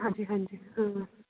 ਹਾਂਜੀ ਹਾਂਜੀ ਹਾਂ